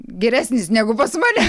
geresnis negu pas mane